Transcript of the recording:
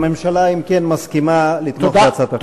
הממשלה מסכימה לתמוך בהצעת החוק.